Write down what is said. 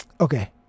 Okay